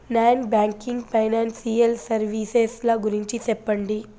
Non banking financial services ల గురించి సెప్పండి?